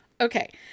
Okay